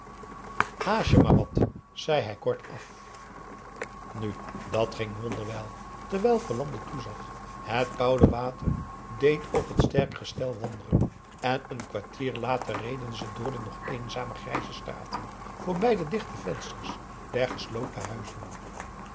haast je maar wat zei hij kortaf nu dat ging wonderwel terwijl verlande toezag het koude water deed op het sterk gestel wonderen en een kwartier later reden ze door de nog eenzame grijze straten voorbij de dichte vensters der gesloten huizen